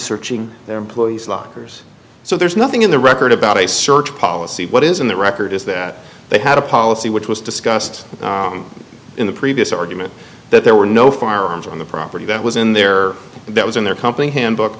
searching their employees lockers so there's nothing in the record about a search policy what is in the record is that they had a policy which was discussed in the previous argument that there were no firearms on the property that was in there that was in their company hymn book